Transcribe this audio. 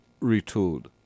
retooled